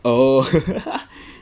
oh